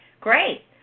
great